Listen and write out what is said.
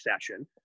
Session